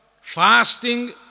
fasting